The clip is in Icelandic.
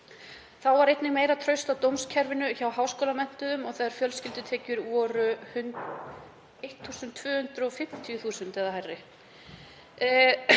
Þá var einnig meira traust á dómskerfinu hjá háskólamenntuðum og þegar fjölskyldutekjur voru 1.250.000 kr. eða hærri.